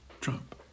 Trump